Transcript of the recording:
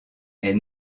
est